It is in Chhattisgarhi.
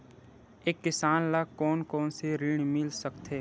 एक किसान ल कोन कोन से ऋण मिल सकथे?